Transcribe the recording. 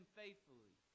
faithfully